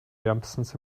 wärmstens